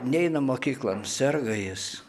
neina mokyklon serga jis